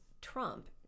Trump